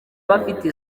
bafite